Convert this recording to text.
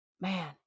man